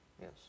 yes